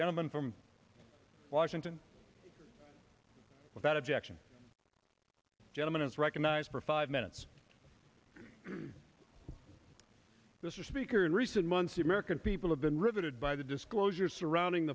gentleman from washington without objection gentleman is recognized for five minutes mr speaker in recent months the american people have been riveted by the disclosures surrounding